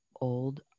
old